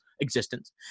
existence